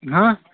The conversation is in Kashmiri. ہا